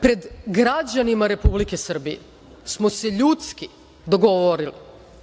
Pred građanima Republike Srbije smo se ljudski dogovorili,